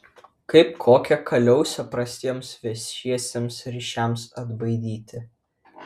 kaip kokią kaliausę prastiems viešiesiems ryšiams atbaidyti